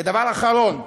ודבר אחרון.